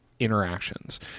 interactions